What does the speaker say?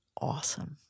awesome